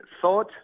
thought